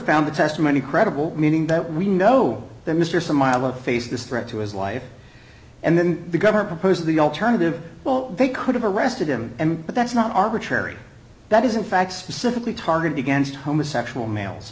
found the testimony credible meaning that we know that mr smiley face this threat to his life and then the government proposed the alternative well they could have arrested him but that's not arbitrary that is in fact specifically targeted against homosexual males